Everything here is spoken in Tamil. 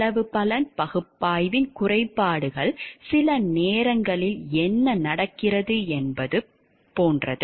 செலவு பலன் பகுப்பாய்வின் குறைபாடுகள் சில நேரங்களில் என்ன நடக்கிறது என்பது போன்றது